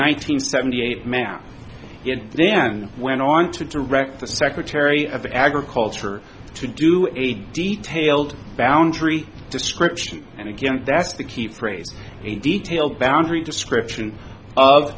hundred seventy eight map and then went on to direct the secretary of agriculture to do a detailed boundary description and again that's the key phrase in detail boundary description of